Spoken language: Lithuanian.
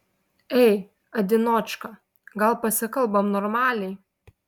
ei adinočka gal pasikalbam normaliai